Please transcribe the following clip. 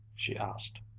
she asked.